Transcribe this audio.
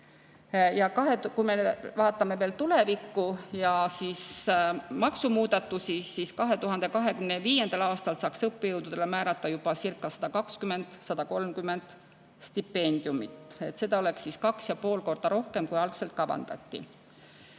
Kui me vaatame tulevikku ja maksumuudatusi, siis 2025. aastal saaks õppejõududele määrata jubacirca120–130 stipendiumit. See oleks 2,5 korda rohkem, kui algselt kavandati.